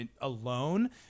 alone